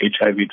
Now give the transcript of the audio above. HIV